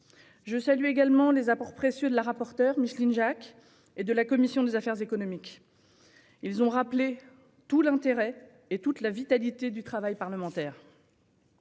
Je salue également les apports précieux de la rapporteure Micheline Jacques et de la commission des affaires économiques ; ils rappellent tout l'intérêt et toute la vitalité du travail parlementaire.